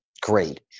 great